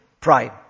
Pride